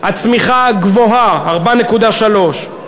הצמיחה גבוהה, 4.3,